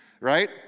right